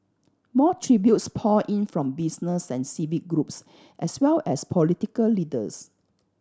more tributes poured in from business and civic groups as well as political leaders